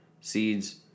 seeds